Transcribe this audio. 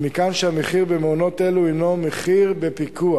ומכאן שהמחיר במעונות אלו הינו מחיר בפיקוח.